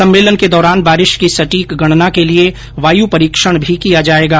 सम्मेलन के दौरान बारिश की सटिक गणना के लिये वायु परीक्षण भी किया जायेगा